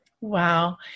wow